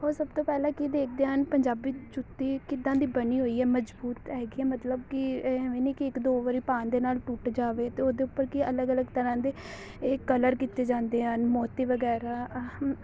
ਉਹ ਸਭ ਤੋਂ ਪਹਿਲਾਂ ਕੀ ਦੇਖਦੇ ਹਨ ਪੰਜਾਬੀ ਜੁੱਤੀ ਕਿੱਦਾਂ ਦੀ ਬਣੀ ਹੋਈ ਹੈ ਮਜਬੂਤ ਤਾਂ ਹੈਗੀ ਆ ਮਤਲਬ ਕਿ ਐਵੇਂ ਨਹੀਂ ਕਿ ਇੱਕ ਦੋ ਵਾਰੀ ਪਾਉਣ ਦੇ ਨਾਲ ਟੁੱਟ ਜਾਵੇ ਅਤੇ ਉਹਦੇ ਉੱਪਰ ਕੀ ਅਲੱਗ ਅਲੱਗ ਤਰ੍ਹਾਂ ਦੇ ਇਹ ਕਲਰ ਕੀਤੇ ਜਾਂਦੇ ਹਨ ਮੋਤੀ ਵਗੈਰਾ ਅਹੁ